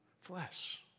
flesh